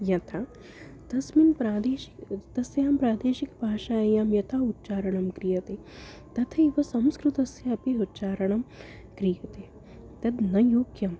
यथा तस्मिन् प्रादेशिका तस्यां प्रादेशिकभाषायां यथा उच्चारणं क्रियते तथैव संस्कृतस्यापि उच्चारणं क्रियते तद् न योग्यम्